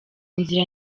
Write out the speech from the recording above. nzira